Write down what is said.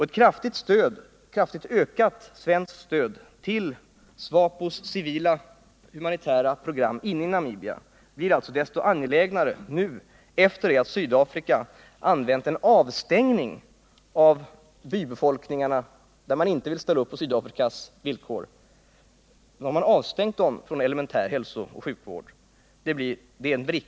Ett kraftigt ökat svenskt stöd till SWAPO:s civila och humanitära program inne i Namibia blir alltså desto angelägnare nu, när Sydafrika har avstängt bybefolkningar som inte vill ställa upp på dess villkor från elementär hälsooch sjukvård.